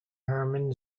herman